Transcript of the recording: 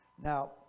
Now